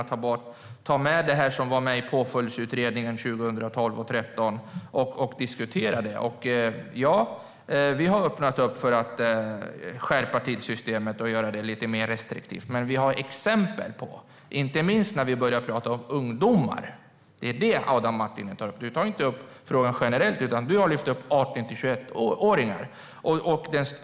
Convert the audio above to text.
Vi ska också diskutera det som var med i Påföljdsutredningens betänkande från 2012. Ja, vi har öppnat för att skärpa systemet och göra det lite mer restriktivt. Adam Marttinen tar inte upp frågan om ungdomar generellt utan lyfter fram 18-21-åringar.